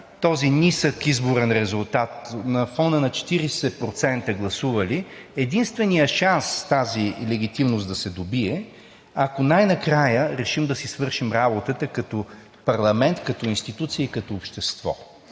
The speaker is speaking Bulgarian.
този нисък изборен резултат, на фона на 40% гласували, единственият шанс тази легитимност да се добие е, ако най-накрая решим да си свършим работата като парламент, като институция и като общество